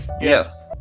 Yes